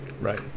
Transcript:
Right